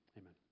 Amen